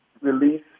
release